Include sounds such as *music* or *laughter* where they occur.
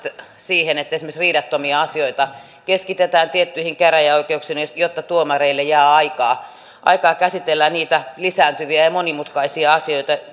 siihen että esimerkiksi riidattomia asioita keskitetään tiettyihin käräjäoikeuksiin jotta tuomareille jää aikaa aikaa käsitellä niitä lisääntyviä ja ja monimutkaisia asioita *unintelligible*